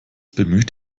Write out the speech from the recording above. bemüht